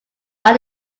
are